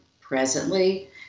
presently